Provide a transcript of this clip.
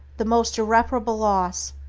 the most irreparable loss,